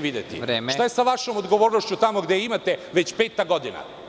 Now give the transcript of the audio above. videti. (Predsednik: Vreme.) Šta je sa vašom odgovornošću tamo gde je imate već peta godina?